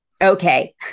Okay